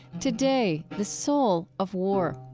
today, the soul of war.